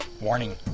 Warning